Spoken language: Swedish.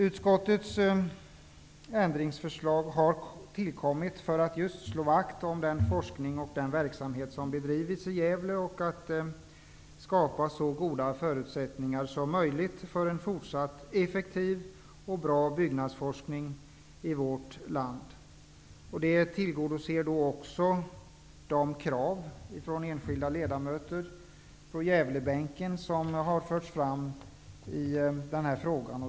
Utskottets ändringsförslag har tillkommit för att just slå vakt om den forskning och verksamhet som bedrivs i Gävle och för att skapa så goda förutsättningar som möjligt för en fortsatt effektiv och bra byggnadsforskning i vårt land. Förslaget tillgodoser också de krav som har förts fram i den här frågan från enskilda ledamöter på Gävlebänken.